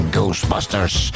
Ghostbusters